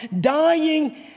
dying